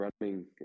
running